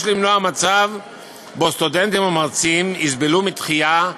יש למנוע מצב שבו סטודנטים או מרצים יסבלו מדחייה,